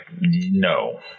no